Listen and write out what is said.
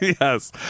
yes